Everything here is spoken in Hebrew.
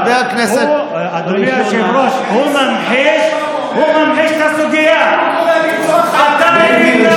(הוא מדבר על לימוד השפה הערבית בבתי הספר היהודיים,